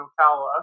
Ocala